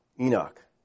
Enoch